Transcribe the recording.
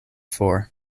for